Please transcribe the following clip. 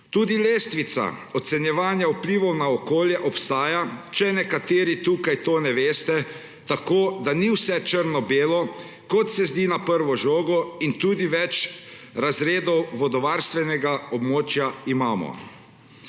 Tudi lestvica ocenjevanja vplivov na okolje obstaja, če nekateri tu tega ne veste, tako ni vse črno-belo, kot se zdi na prvo žogo, in tudi več razredov vodovarstvenega območja imamo.